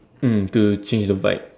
mm to change the vibe